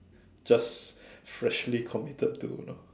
just freshly committed to you know